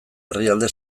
herrialde